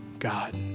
God